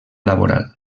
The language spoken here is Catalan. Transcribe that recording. laboral